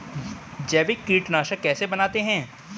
जैविक कीटनाशक कैसे बनाते हैं?